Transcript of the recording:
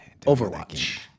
Overwatch